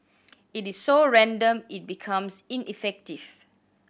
it is so random it becomes ineffective